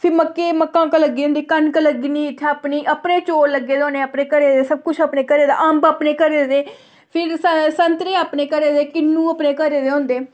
फ्ही मक्की मक्कां छक्कां लग्गी दियां होंदियां कनक लगनी इ'त्थें अपनी चौल लगदे होने अपने घरे दे सब कुछ अपने घर दा अंब अपने घरे दे फिर संतरे अपने घरे दे किन्नू अपने घरे दे होंदे